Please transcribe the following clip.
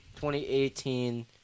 2018